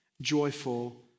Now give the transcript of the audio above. joyful